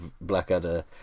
Blackadder